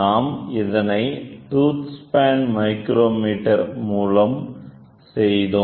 நாம் இதனை tooth span micrometer மூலம் செய்தோம்